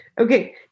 Okay